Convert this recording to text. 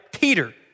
Peter